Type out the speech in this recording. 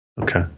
Okay